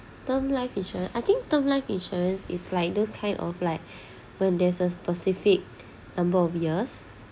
term life insurance I think term life insurance is like those kind of like when there's a specific number of years